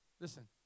listen